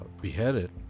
beheaded